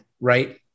right